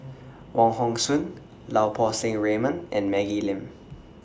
Wong Hong Suen Lau Poo Seng Raymond and Maggie Lim